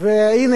והנה פה,